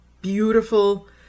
beautiful